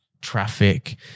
traffic